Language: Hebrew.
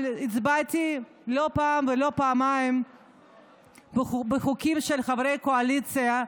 אבל הצבעתי לא פעם ולא פעמיים לחוקים של חברי קואליציה,